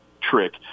trick